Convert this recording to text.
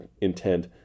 intent